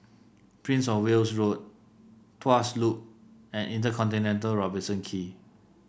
Prince Of Wales Road Tuas Loop and InterContinental Robertson Quay